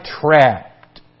trapped